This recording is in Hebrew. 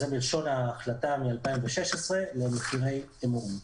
זה בלשון ההחלטה מ-2016 לגבי מפירי אמון.